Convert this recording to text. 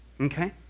Okay